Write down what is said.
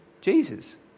Jesus